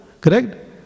Correct